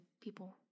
people